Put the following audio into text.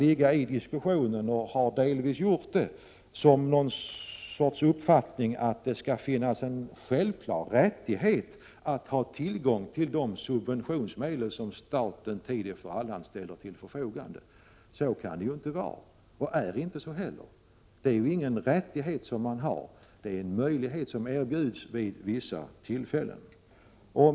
I diskussionen har ibland framförts uppfattningen att det skulle finnas en självklar rättighet att ha tillgång till de subventionsmedel som staten tid efter annan ställer till förfogande, men så kan det ju inte vara, och det är inte så heller. Det är ingen rättighet som man har, det är en möjlighet som erbjuds vid vissa tillfällen. Herr talman!